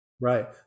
Right